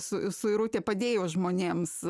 su suirutė padėjo žmonėms